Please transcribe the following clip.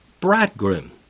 bridegroom